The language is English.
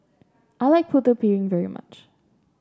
I like Putu Piring very much